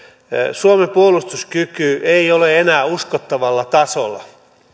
suomen puolustuskyky ei ole enää uskottavalla tasolla